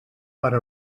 pare